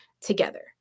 together